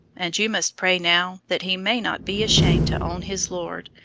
and you must pray now that he may not be ashamed to own his lord,